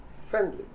Friendly